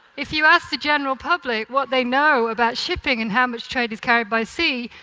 if you ask the general public what they know about shipping and how much trade is carried by sea,